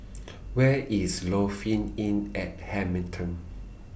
Where IS Lofi Inn At Hamilton